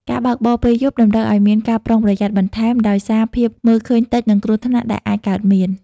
ការបើកបរពេលយប់តម្រូវឱ្យមានការប្រុងប្រយ័ត្នបន្ថែម ដោយសារភាពមើលឃើញតិច និងគ្រោះថ្នាក់ដែលអាចកើតមាន។